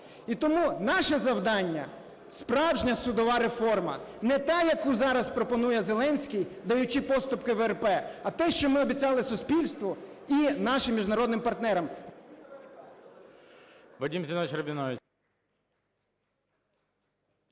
І тому наше завдання – справжня судова реформа, не та, яку зараз пропонує Зеленський, даючи поступки ВРП, а те, що ми обіцяли суспільству і нашим міжнародним партнерам.